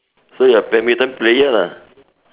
so you're badminton player lah